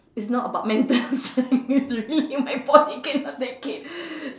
it's not about mental strength really my body cannot take it